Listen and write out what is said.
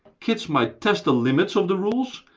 kids might test the limits of the rules,